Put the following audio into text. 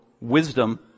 wisdom